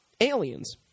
aliens